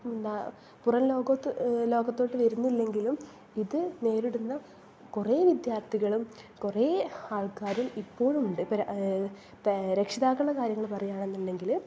എന്താണ് പുറം ലോകത്ത് ലോകത്തോട്ട് വരുന്നില്ലെങ്കിലും ഇത് നേരിടുന്ന കുറേ വിദ്യാർഥികളും കുറേ ആൾക്കാരും ഇപ്പോഴുമുണ്ട് ഇപ്പം രക്ഷിതാക്കളുടെ കാര്യം പറയുകയുക ആണെന്നുണ്ടെങ്കിൽ